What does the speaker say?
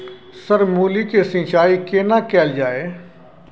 Sir मूली के सिंचाई केना कैल जाए?